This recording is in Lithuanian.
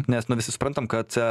nes nu visi suprantam kad